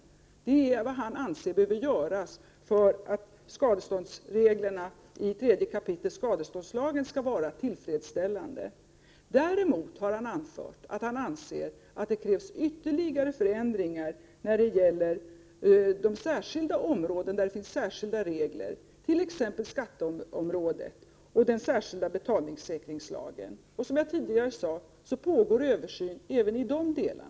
Det som han föreslår är vad han anser behöver göras för att skadeståndsreglerna i 3 kap. skadeståndslagen skall vara tillfredsställande. Däremot har han anfört att han anser att det krävs ytterligare förändringar när det gäller de områden där det finns särskilda regler, t.ex. på skatteområdet och när det gäller den särskilda betalningssäkringslagen. Och som jag tidigare sade pågår det en översyn även i dessa delar.